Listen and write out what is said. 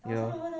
ya